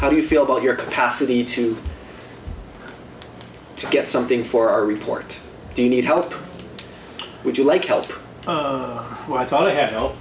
how do you feel about your capacity to get something for our report do you need help would you like help oh i thought i had